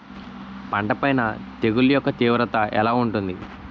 పంట పైన తెగుళ్లు యెక్క తీవ్రత ఎలా ఉంటుంది